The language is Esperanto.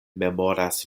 memoras